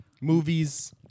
movies